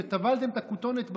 וטבלתם את הכתונת בדם.